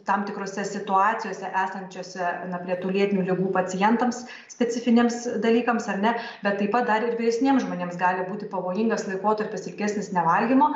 tam tikrose situacijose esančiose na prie tų lėtinių ligų pacientams specifiniams dalykams ar ne bet taip pat dar ir vyresnėm žmonėms gali būti pavojingas laikotarpis ilgesnis nevalgymo